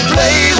Play